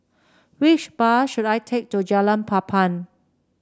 which bus should I take to Jalan Papan